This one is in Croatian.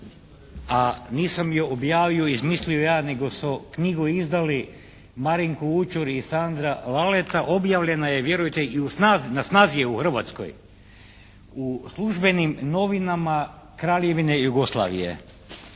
a nisam je objavio i izmislio ja nego su knjigu izdali Marinko Vućur i Sandra Valeta objavljena je vjerujte i u, na snazi je u Hrvatskoj. U službenim novinama Kraljevine Jugoslavije.